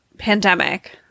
Pandemic